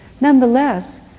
Nonetheless